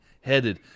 headed